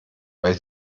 weil